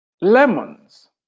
lemons